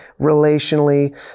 relationally